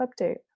update